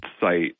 site